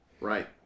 Right